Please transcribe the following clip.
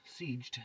Sieged